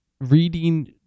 reading